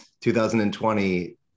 2020